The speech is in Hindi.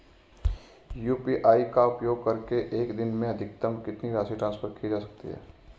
यू.पी.आई का उपयोग करके एक दिन में अधिकतम कितनी राशि ट्रांसफर की जा सकती है?